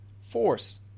force